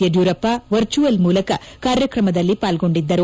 Yediyurappa virtual ಮೂಲಕ ಕಾರ್ಯಕ್ರಮದಲ್ಲಿ ಪಾಲ್ಗೊಂಡಿದ್ದರು